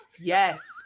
yes